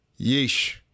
yeesh